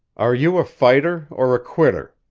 are you a fighter, or a quitter?